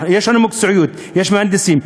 יש לנו מקצועיות, יש מהנדסים.